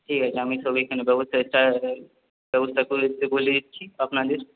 ঠিক আছে আমি সব বলে দিচ্ছি আপনাদের